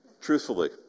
truthfully